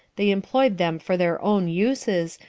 they employed them for their own uses,